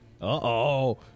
Uh-oh